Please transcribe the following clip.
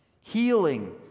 Healing